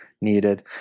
needed